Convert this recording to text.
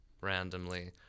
randomly